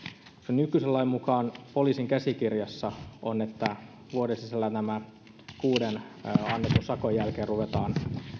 nykyisen lain mukaan poliisin käsikirjassa on että vuoden sisällä kuuden annetun sakon jälkeen ruvetaan